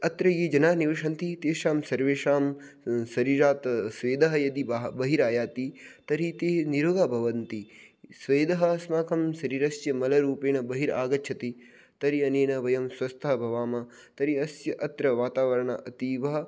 अत्र ये जनाः निवसन्ति तेषां सर्वेषां शरीरात् स्वेदः यदि बहिरायाति तर्हि ते निरोगाः भवन्ति स्वेदः अस्माकं शरीरस्य मलरूपेण बहिरागच्छति तर्हि अनेन वयं स्वस्थाः भवामः तर्हि अस्य अत्र वातावरणम् अतीव